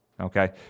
Okay